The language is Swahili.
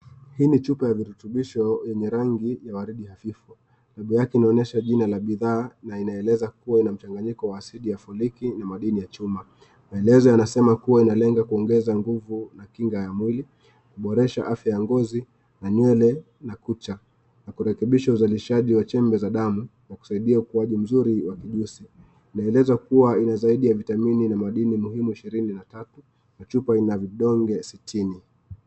Hii ni chupa ya virutubisho, yenye rangi ya waridi hafifu, lebo yake inaonyesha jina la bidhaa, na inaeleza kuwa ina mchanganyiko wa asidi ya foliki na madini ya chuma. Maelezo yanasema kuwa inalenga kuongeza nguvu na kinga ya mwili, kuboresha afya ya ngozi, na nywele na kucha, na kurekebisha uzalishaji wa chembe za damu kwa kusaidia ukaji mzuri wa kijusi, inaeleza kuwa ina zaidi ya vitamini na madini muhimu 23 na chupa ina vidonge 60.